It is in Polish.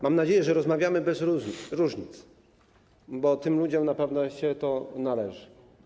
Mam nadzieję, że rozmawiamy bez różnic, bo tym ludziom na pewno się to należy.